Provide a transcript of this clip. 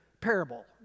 parable